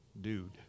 dude